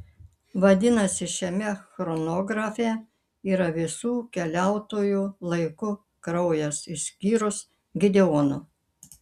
vadinasi šiame chronografe yra visų keliautojų laiku kraujas išskyrus gideono